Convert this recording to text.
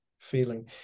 feeling